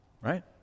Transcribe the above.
right